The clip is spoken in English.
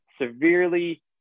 severely